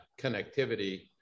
connectivity